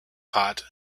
pot